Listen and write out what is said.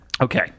Okay